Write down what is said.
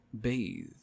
bathe